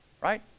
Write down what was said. right